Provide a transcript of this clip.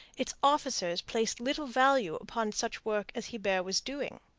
its officers placed little value upon such work as hebert was doing.